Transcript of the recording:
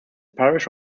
parish